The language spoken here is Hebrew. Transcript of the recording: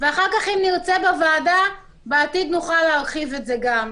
ואחר כך אם נרצה בוועדה בעתיד נוכל להרחיב גם את זה.